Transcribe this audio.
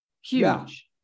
huge